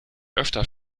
öfter